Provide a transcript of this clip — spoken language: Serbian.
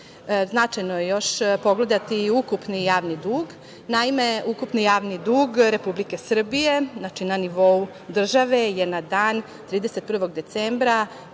Značajno je još pogledati i ukupni javni dug. Naime, ukupni javni dug Republike Srbije, znači na nivou države je na dan 31. decembra